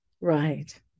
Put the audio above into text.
right